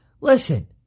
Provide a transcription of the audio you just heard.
Listen